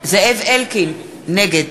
זאב אלקין, נגד